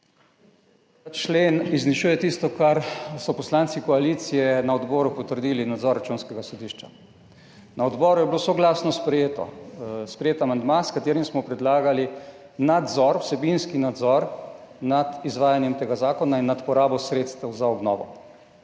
člen izničuje tisto, kar so poslanci koalicije na odboru potrdili – nadzor Računskega sodišča. Na odboru je bil soglasno sprejet amandma, s katerim smo predlagali nadzor, vsebinski nadzor nad izvajanjem tega zakona in nad porabo sredstev za obnovo.